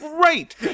right